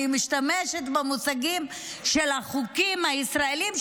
אני משתמשת במושגים של החוקים הישראליים,